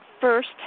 First